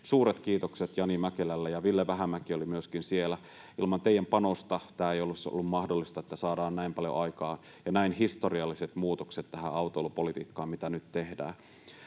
Suuret kiitokset Jani Mäkelälle — ja Ville Vähämäki oli myöskin siellä — ilman teidän panostanne tämä ei olisi ollut mahdollista, että saadaan näin paljon aikaan ja näin historialliset muutokset tähän autoilupolitiikkaan kuin mitä nyt tehdään.